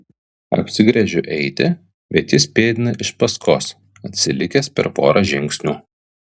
apsigręžiu eiti bet jis pėdina iš paskos atsilikęs per porą žingsnių